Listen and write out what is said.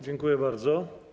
Dziękuję bardzo.